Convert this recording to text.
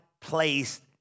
placed